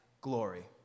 glory